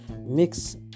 Mix